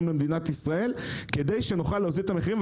למדינת ישראל כדי שנוכל להוזיל את המחירים,